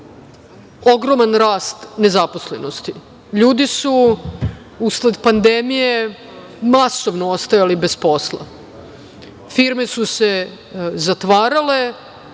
ogroman rast nezaposlenosti. Ljudi su usled pandemije masovno ostajali bez posla, firme su se zatvarale